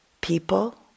people